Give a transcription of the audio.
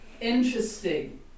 Interesting